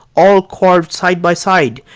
all carved side by side,